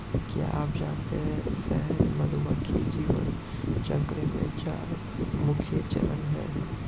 क्या आप जानते है शहद मधुमक्खी जीवन चक्र में चार मुख्य चरण है?